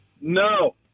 No